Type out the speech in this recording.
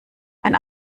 ein